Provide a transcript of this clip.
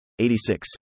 86